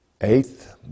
Eighth